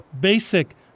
basic